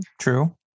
true